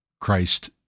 Christ